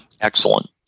Excellent